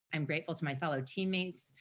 i'm grateful to my fellow teammates,